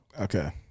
Okay